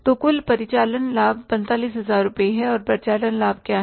तो कुल परिचालन लाभ 45000 रुपये है और परिचालन लाभ क्या है